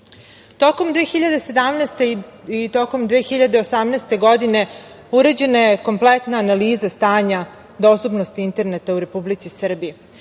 2017. i 2018. godine, urađena je kompletna analiza stanja dostupnosti interneta u Republici Srbiji,